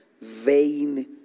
vain